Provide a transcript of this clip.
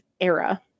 era